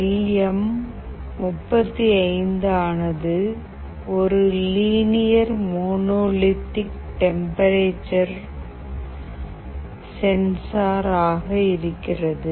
L M 35 ஆனது ஒரு linear monolithic temperature sensor ஆக இருக்கிறது